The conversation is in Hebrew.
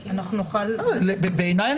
בעיניי,